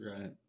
Right